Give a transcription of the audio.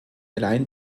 allein